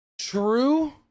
True